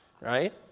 right